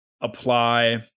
apply